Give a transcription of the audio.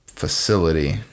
facility